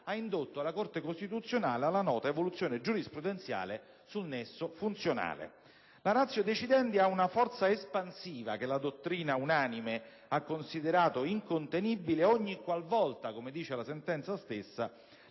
ha indotto la Corte costituzionale alla nota evoluzione giurisprudenziale sul nesso funzionale: la *ratio decidendi* ha una forza espansiva che la dottrina unanime ha considerato incontenibile ogniqualvolta - come dice la sentenza stessa